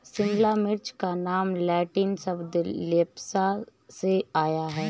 शिमला मिर्च का नाम लैटिन शब्द लेप्सा से आया है